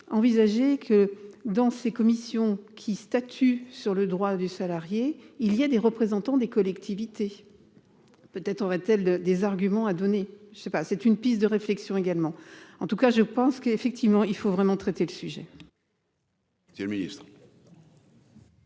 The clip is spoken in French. envisager que dans ces commissions qui statue sur le droit des salariés, il y a des représentants des collectivités, peut-être aurait-elle des arguments à donner, je ne sais pas, c'est une piste de réflexion également en tout cas je pense qu'effectivement, il faut vraiment traiter le sujet. Monsieur le Ministre.